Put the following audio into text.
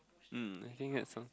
mm think has some